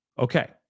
Okay